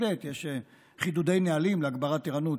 לעת יש חידודי נהלים להגברת ערנות.